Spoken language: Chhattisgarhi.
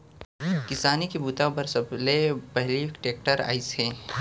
किसानी के बूता बर सबले पहिली टेक्टर आइस हे